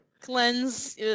Cleanse